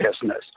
business